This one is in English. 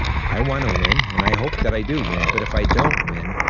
i want to win. and i hope that i do win. but if i don't win,